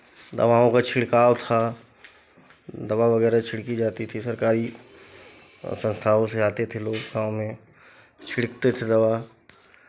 दवाओं का छिड़काव था दवा वगैरह छिड़की जाती थी सरकारी संस्थाओ से आते थे लोग गाँव में छिड़कते थे दवा